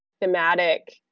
thematic